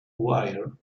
wire